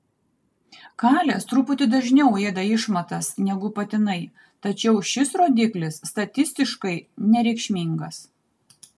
kalės truputį dažniau ėda išmatas negu patinai tačiau šis rodiklis statistiškai nereikšmingas